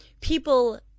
people